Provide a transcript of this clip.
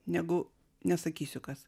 negu nesakysiu kas